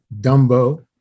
Dumbo